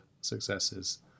successes